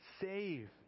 save